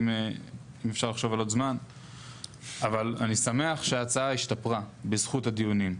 אבל אני שמח שההצעה השתפרה בזכות הדיונים,